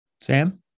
Sam